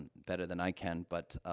and better than i can, but,